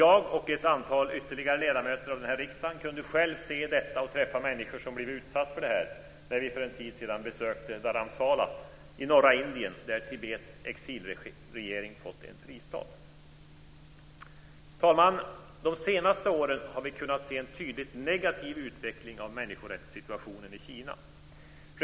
Jag och ytterligare ett antal ledamöter av denna riksdag kunde själva när vi för en tid sedan besökte Dharmshala i norra Indien, där Tibets exilregering fått en fristad, se människor som blev utsatta för vad jag här har nämnt. Fru talman! Under de senaste åren har vi kunnat se en tydligt negativ utveckling av situationen för mänskliga rättigheter i Kina.